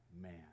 man